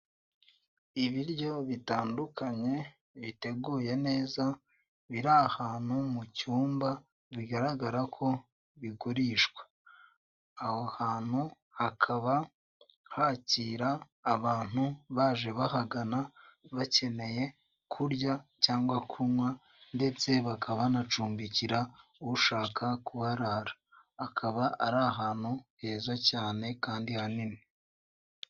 Ibiryo bitandukanye biteguye neza biri ahantu mu cyumba bigaragara ko bigurishwa, aho hantu hakaba hakira abantu baje bahagana bakeneye kurya cyangwa kunywa ndetse bakaba banacumbikira ushaka kuharara akaba ari ahantu heza cyane kandi hanini.